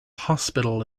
hospital